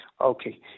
Okay